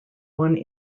one